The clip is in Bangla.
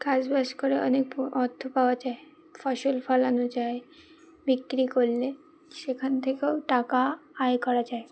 কাজ বাজ করে অনেক অর্থ পাওয়া যায় ফসল ফলানো যায় বিক্রি করলে সেখান থেকেও টাকা আয় করা যায়